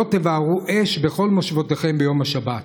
לא תבערו אש בכל משבתיכם ביום השבת".